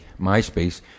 MySpace